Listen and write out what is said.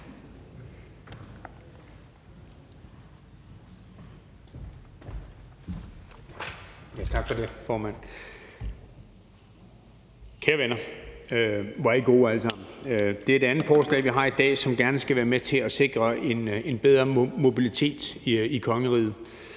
Tak for det, formand. Kære venner, hvor er I gode alle sammen. Det er det andet forslag, vi har i dag, som skal være med til at sikre en bedre mobilitet i kongeriget.